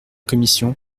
commission